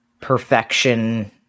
perfection